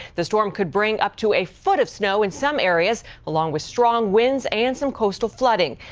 the storm could bring up to a foot of snow in some areas, along with strong winds and some coastal flooding.